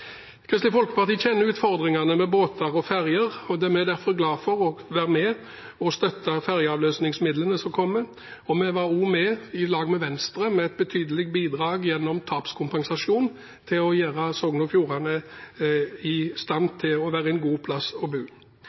Kristelig Folkeparti kjenner utfordringene med båter og ferjer, og vi er derfor glad for å være med og støtte ferjeavløsningsmidlene som kommer. Vi var også med på, sammen med Venstre, et betydelig bidrag gjennom tapskompensasjonen for å gjøre Sogn og Fjordane i stand til å være en god plass å